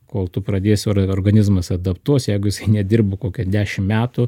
kol tu pradėsi or organizmas adaptuos jeigu jisai nedirba kokią dešimt metų